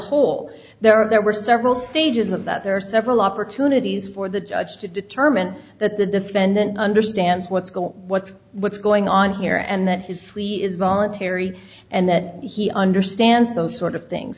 whole there are there were several stages of that there are several opportunities for the judge to determine that the defendant understands what's going what's what's going on here and that his plea is voluntary and that he understands those sort of things